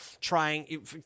trying